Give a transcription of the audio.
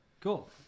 Cool